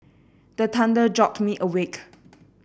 the thunder jolt me awake